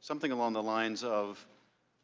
something along the lines of